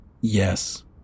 Yes